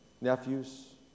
nephews